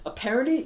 apparently